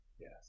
Yes